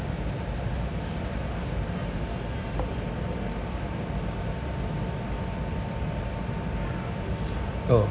oh